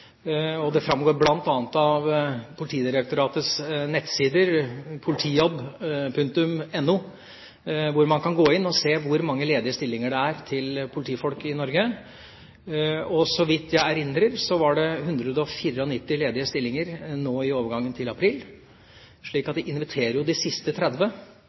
Det framgår bl.a. av Politidirektoratets nettsider, politijobb.no, hvor man kan gå inn og se hvor mange ledige stillinger det er til politifolk i Norge. Så vidt jeg erindrer, var det 194 ledige stillinger nå i overgangen til april. Det inviterer de siste 30